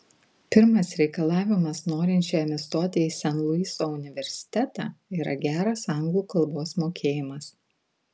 pirmas reikalavimas norinčiajam įstoti į sen luiso universitetą yra geras anglų kalbos mokėjimas